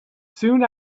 soon